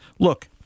Look